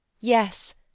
yes